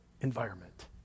environment